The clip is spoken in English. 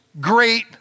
great